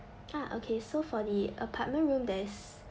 ah okay so for the apartment room there's